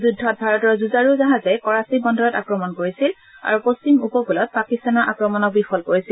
যুদ্ধত ভাৰতৰ যুঁজাৰু জাহাজে কৰাচী বন্দৰত আক্ৰমণ কৰিছিল আৰু পশ্চিম উপকূলত পাকিস্তানৰ আক্ৰমণক বিফল কৰিছিল